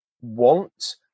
want